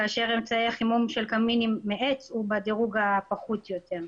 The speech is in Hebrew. ואמצעי החימום של קמיני עץ הוא בדירוג הפחות ביותר.